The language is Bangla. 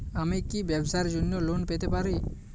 আমি কি ব্যবসার জন্য লোন পেতে পারি?